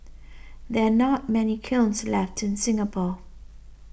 there are not many kilns left in Singapore